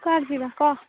କୁଆଡ଼େ ଯିବା କହ